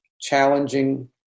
challenging